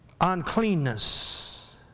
uncleanness